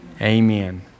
Amen